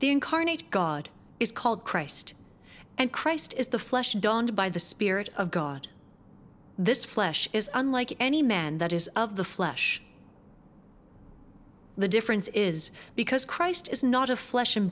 the incarnate god is called christ and christ is the flesh donned by the spirit of god this flesh is unlike any man that is of the flesh the difference is because christ is not of flesh and